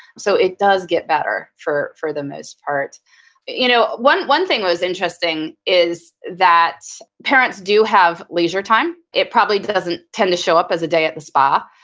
so it does get better for for the most part you know one one thing was interesting is that parents do have leisure time. it probably doesn't tend to show up as a day at the spa.